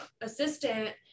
assistant